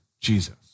Jesus